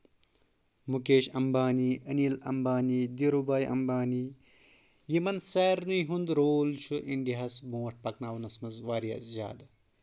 مُکیش اَمبانی انیٖل اَمبانی دیٖرو بایہِ اَمبانی یِمَن سارنٕے ہُنٛد رول چھُ اِنڈیاہس برونٛٹھ پکناونَس منٛز واریاہ زیادٕ